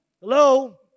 Hello